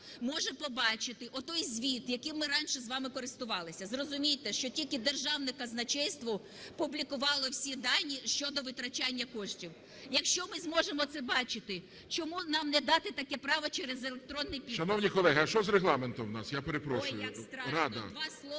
може побачити отой звіт, яким ми раніше з вами користувалися. Зрозумійте, що тільки Державне казначейство публікувало всі дані щодо витрачання коштів. Якщо ми зможемо це бачити, чому нам не дати таке право через електронний підпис? ГОЛОВУЮЧИЙ. Шановні колеги, а що з регламентом у нас, я перепрошую, "Рада"?